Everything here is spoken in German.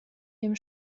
dem